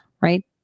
Right